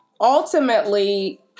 Ultimately